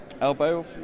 elbow